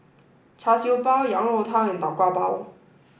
Char Siew Bao Yang Rou Tang and Tau Kwa Pau